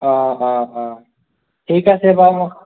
অ' অ' অ' ঠিক আছে বাও মই